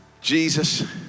Jesus